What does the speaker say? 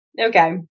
okay